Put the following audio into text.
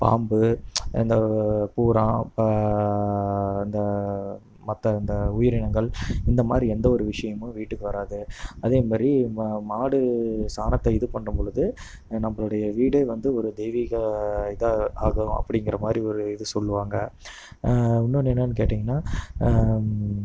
பாம்பு இந்த பூரான் இந்த மற்ற இந்த உயிரினங்கள் இந்தமாதிரி எந்த ஒரு விஷயமும் வீட்டுக்கு வராது அதேமாதிரி மாடு சாணத்தை இது பண்ணும்பொழுது நம்மளுடைய வீடே வந்து ஒரு தெய்வீக இதாக ஆகும் அப்படிங்கற மாதிரி ஒரு இது சொல்லுவாங்க இன்னொன்று என்னன்னு கேட்டீங்கன்னால்